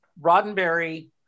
Roddenberry